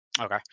Okay